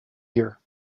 here